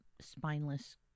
spineless